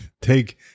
take